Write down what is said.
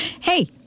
hey